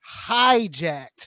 hijacked